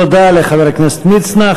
תודה לחבר הכנסת מצנע.